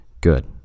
good